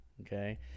okay